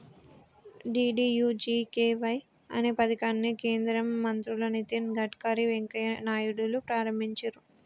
DDUGKY అనే పథకాన్ని కేంద్ర మంత్రులు నితిన్ గడ్కరీ, వెంకయ్య నాయుడులు ప్రారంభించిర్రు